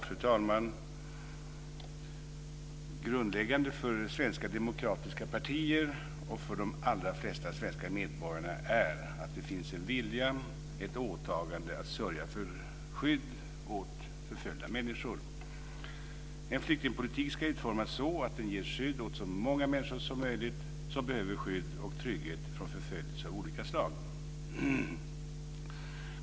Fru talman! Det grundläggande för svenska demokratiska partier och för de allra flesta svenska medborgare är att det finns en vilja och ett åtagande att sörja för skydd åt förföljda människor. En flyktingpolitik ska utformas så att den ger skydd åt så många människor som möjligt som behöver trygghet och skydd mot förföljelse av olika slag.